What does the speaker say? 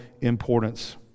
importance